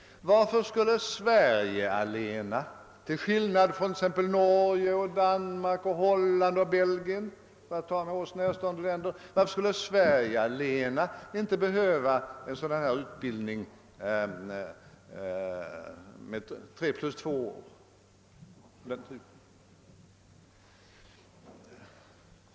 Varför skulle Sverige allena — till skillnad från exempelvis Norge, Danmark, Holland och Belgien, för att nämna några närstående länder — inte behöva en examen som ger den här utbildningen på tre plus två år?